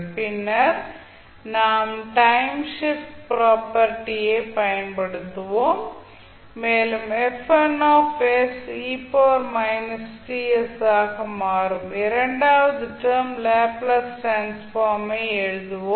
பின்னர் நாம் time shift property ஐ பயன்படுத்துவோம் மேலும் ஆக மாறும் இரண்டாவது டெர்ம் லேப்ளேஸ் டிரான்ஸ்ஃபார்ம் ஐ எழுதுவோம்